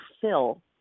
fill